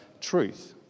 truth